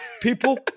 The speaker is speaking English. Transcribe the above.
People